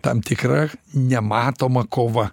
tam tikra nematoma kova